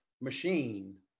machine